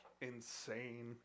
insane